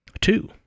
Two